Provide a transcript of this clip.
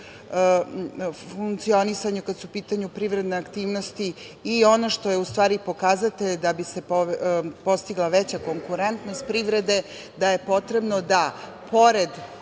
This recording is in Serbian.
funkcionisanju kada su u pitanju privredne aktivnosti i ono što je pokazatelj da bi se postigla veća konkurentnost privrede, da je potrebno da pored